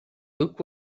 look